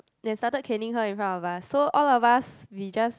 then started caning her in front of us so all of us we just